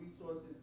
resources